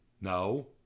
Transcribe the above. no